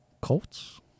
Colts